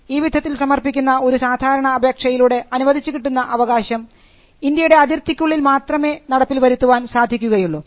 ഈ വിധത്തിൽ സമർപ്പിക്കുന്ന ഒരു സാധാരണ അപേക്ഷയിലൂടെ അനുവദിച്ചു കിട്ടുന്ന അവകാശം ഇന്ത്യയുടെ അതിർത്തിക്കുള്ളിൽ മാത്രമേ നടപ്പിൽ വരുത്താൻ സാധിക്കുകയുള്ളൂ